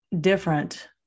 different